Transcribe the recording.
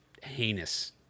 heinous